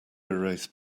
erase